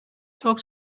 talk